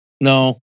No